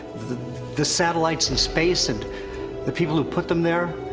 the the satellites in space, and the people who put them there.